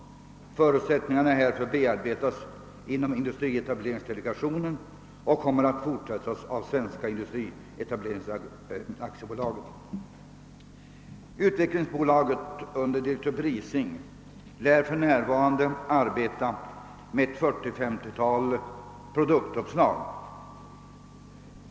Förutsättningarna härför bearbetas inom industrietableringsdelegationen och kommer att fortsättas av Svenska industrietableringsaktiebolaget.» Utvecklingsbolaget, under ledning av direktör Brising, lär för närvarande arbeta med ett 40 å 50-tal produktuppslag.